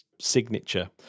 signature